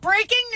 Breaking